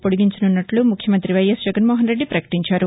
పొడిగించనున్నట్ల ముఖ్యమంతి వైఎస్ జగన్మోహన్ రెడ్డి పకటించారు